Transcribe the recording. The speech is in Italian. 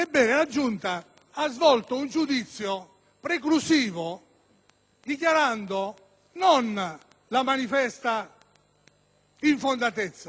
dichiarando, non la manifesta infondatezza ma l'assoluta